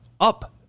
up